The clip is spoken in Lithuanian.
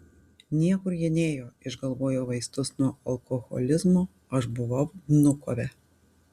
niekur ji nėjo išgalvojo vaistus nuo alkoholizmo aš buvau vnukove